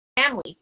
family